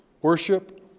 worship